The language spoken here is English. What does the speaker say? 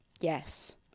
Yes